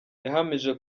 yahamije